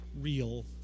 real